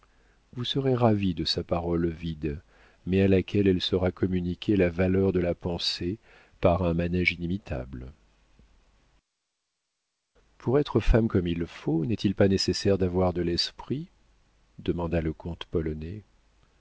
vous serez ravi de sa parole vide mais à laquelle elle saura communiquer la valeur de la pensée par un manége inimitable pour être femme comme il faut n'est-il pas nécessaire d'avoir de l'esprit demanda le comte polonais